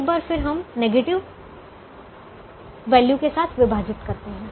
एक बार फिर हम केवल नेगेटिव वैल्यू के साथ विभाजित करते हैं